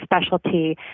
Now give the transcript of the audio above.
specialty